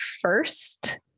first